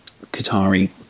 qatari